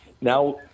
Now